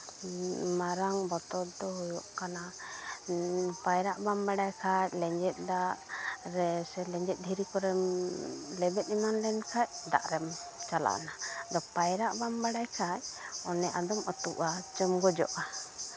ᱢᱟᱨᱟᱝ ᱵᱚᱛᱚᱨ ᱫᱚ ᱦᱳᱭᱳᱜ ᱠᱟᱱᱟ ᱯᱟᱭᱨᱟᱜ ᱵᱟᱢ ᱵᱟᱲᱟᱭ ᱠᱷᱟᱡ ᱞᱮᱸᱡᱮᱛ ᱫᱟᱜ ᱨᱮ ᱥᱮ ᱞᱮᱸᱡᱮᱛ ᱫᱷᱤᱨᱤ ᱠᱚᱨᱮᱢ ᱞᱮᱵᱮᱫ ᱮᱢᱟᱱ ᱞᱮᱱᱠᱷᱟᱡ ᱫᱟᱜ ᱨᱮᱢ ᱪᱟᱞᱟᱣᱮᱱᱟ ᱟᱫᱚ ᱯᱟᱭᱨᱟᱜ ᱵᱟᱢ ᱵᱟᱲᱟᱭ ᱠᱷᱟᱡ ᱚᱱᱮ ᱟᱫᱚᱢ ᱟᱹᱛᱩᱜᱼᱟ ᱪᱚᱢ ᱜᱚᱡᱚᱜᱼᱟ